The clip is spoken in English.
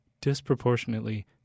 disproportionately